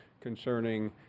concerning